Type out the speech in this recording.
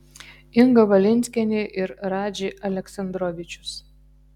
inga valinskienė ir radži aleksandrovičius